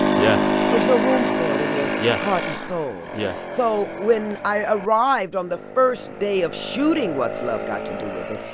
yeah there's no room for it in your yeah heart and soul yeah so when i arrived on the first day of shooting what's love got to do with it,